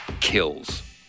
kills